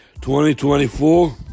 2024